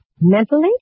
Mentally